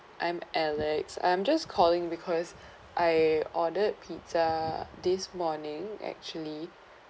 I'm alex I'm just calling because I ordered pizza this morning actually